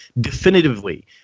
definitively